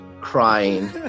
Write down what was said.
crying